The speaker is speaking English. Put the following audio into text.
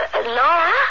Laura